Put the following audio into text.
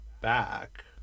back